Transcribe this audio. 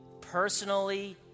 personally